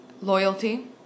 Loyalty